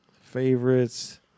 Favorites